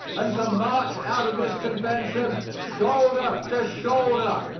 and to march out of this convention shoulder to shoulder,